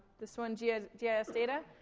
this one ah yeah gis data.